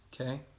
okay